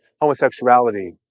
homosexuality